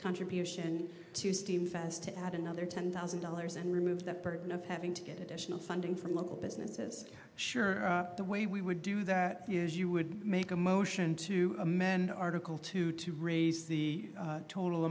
contribution to steam fest to add another ten thousand dollars and remove the burden of having to get additional funding from local businesses sure the way we would do that is you would make a motion to amend article two to raise the total